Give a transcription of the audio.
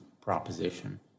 proposition